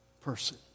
person